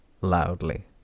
loudly